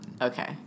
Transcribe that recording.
Okay